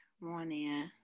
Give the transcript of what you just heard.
morning